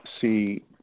see –